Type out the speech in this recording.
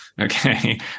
okay